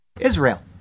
Israel